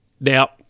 Now